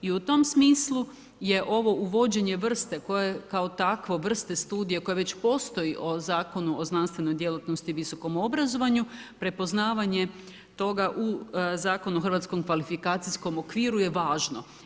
I u tom smislu je ovo uvođenje vrste koje kao takvo vrste studija, koje već postoji o Zakonu o znanstvenoj djelatnosti i visokom obrazovanju, prepoznavanje toga u Zakon o Hrvatskom kvalifikacijskom okviru je važno.